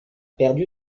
perdu